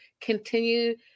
continue